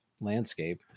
landscape